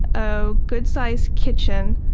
a good sized kitchen,